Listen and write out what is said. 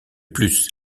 plus